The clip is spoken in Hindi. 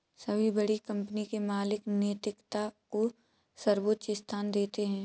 सभी बड़ी कंपनी के मालिक नैतिकता को सर्वोच्च स्थान देते हैं